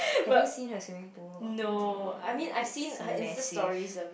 have you see her swimming pool it's massive